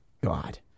God